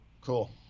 Cool